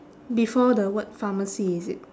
before the word pharmacy is it